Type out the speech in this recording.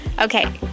okay